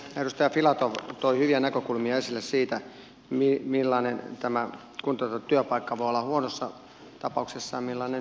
edustaja filatov toi hyviä näkökulmia esille siitä millainen tämä kuntouttava työpaikka voi olla huonossa tapauksessa ja millainen hyvässä tapauksessa